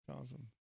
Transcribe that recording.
awesome